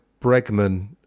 Bregman